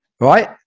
right